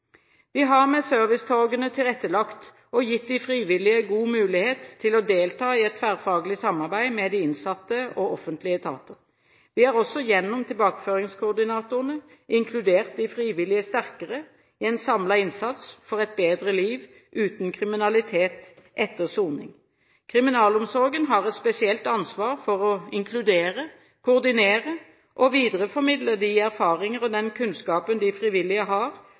Vi har med servicetorgene tilrettelagt og gitt de frivillige god mulighet til å delta i et tverrfaglig samarbeid med de innsatte og med offentlige etater. Vi har også gjennom tilbakeføringskoordinatorene inkludert de frivillige sterkere i en samlet innsats for et bedre liv uten kriminalitet etter soning. Kriminalomsorgen har et spesielt ansvar for å inkludere, koordinere og videreformidle de erfaringer og den kunnskapen de frivillige har